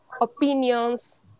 opinions